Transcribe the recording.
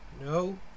no